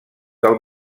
del